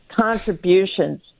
contributions